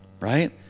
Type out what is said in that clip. Right